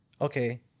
okay